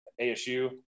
ASU